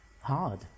hard